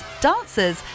dancers